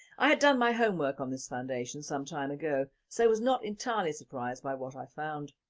i had done my homework on this foundation some time ago so was not entirely surprised by what i found.